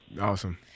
Awesome